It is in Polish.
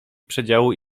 przedziału